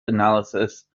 analysis